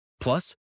Plus